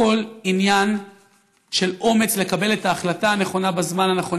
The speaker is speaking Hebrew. הכול עניין של אומץ לקבל את ההחלטה הנכונה בזמן הנכון.